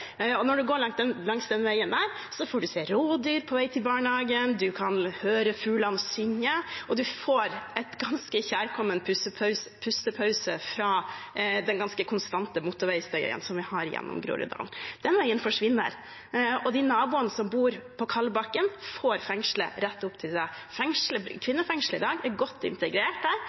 Når en går langs den veien, får en på vei til barnehagen se rådyr og høre fuglene synge, en får en ganske kjærkommen pustepause fra den ganske konstante motorveistøyen vi har gjennom Groruddalen. Den veien forsvinner. Naboene som bor på Kalbakken, får fengslet rett oppi seg. Kvinnefengslet i dag er godt integrert der.